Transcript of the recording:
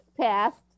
passed